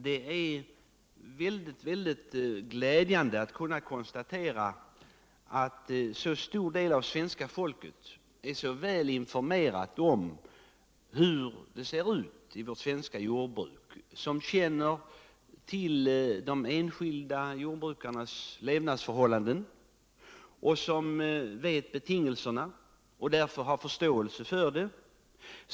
Det är mycket glädjande att kunna konstatera att så stor del av svenska folket är så väl informerad om hur vårt svenska jordbruk ser ut. Man känner till de enskilda jordbrukarnas levnadsförhållanden, vet betingelserna för jordbruket och har därför förståelse för det.